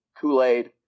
Kool-Aid